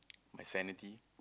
my sanity